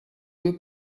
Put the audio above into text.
due